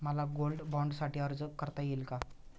मला गोल्ड बाँडसाठी अर्ज करता येईल का?